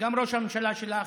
גם ראש הממשלה שלך,